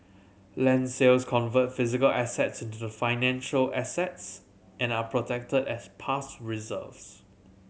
land sales convert physical assets into financial assets and are protected as past reserves